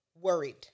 worried